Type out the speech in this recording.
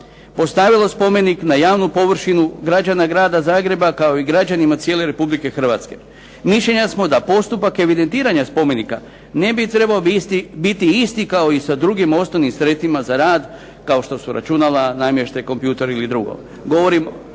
postavilo spomenik na javnu površinu građana grada Zagreba, kao i građanima cijele Republike Hrvatske. Mišljenja smo da postupak evidentiranja spomenika ne bi trebao biti isti kao i sa drugim osnovnim sredstvima za rad, kao što su računala, namještaj, kompjuteri ili drugo.